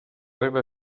regla